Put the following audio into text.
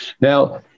Now